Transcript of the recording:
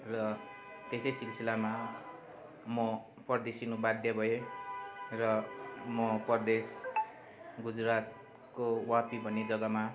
र त्यसै सिलसिलामा म परदेशिनु बाध्य भएँ र म परदेश गुजरातको वापी भन्ने जगामा